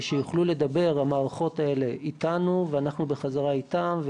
שיוכלו לדבר המערכות האלה איתנו ואנחנו בחזרה איתם,